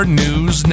news